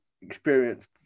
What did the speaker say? experience